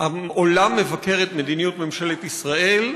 העולם מבקר את מדיניות ממשלת ישראל,